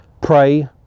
pray